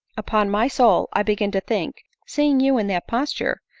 upon my soul i begin to think, seeing you in that posture,